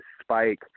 Spike